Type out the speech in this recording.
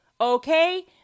okay